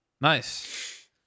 Nice